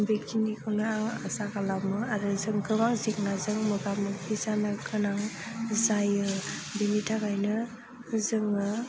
बेखिनिखौनो आङो आसा खालामो आरो जों गोबां जेंनाजों मोगा मोगि जानो गोनां जायो बेनि थाखायनो जोङो